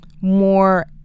more